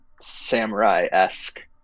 samurai-esque